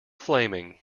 flaming